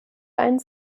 ein